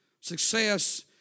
Success